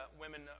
women